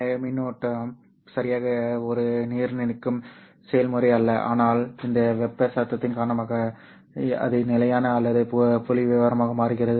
எனவே மின்னோட்டம் சரியாக ஒரு நிர்ணயிக்கும் செயல்முறை அல்ல ஆனால் இந்த வெப்ப சத்தத்தின் காரணமாக அது நிலையான அல்லது புள்ளிவிவரமாக மாறுகிறது